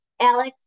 Alex